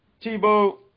Tebow